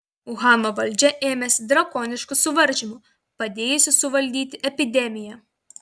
uhano valdžia ėmėsi drakoniškų suvaržymų padėjusių suvaldyti epidemiją